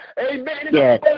Amen